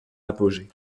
apogée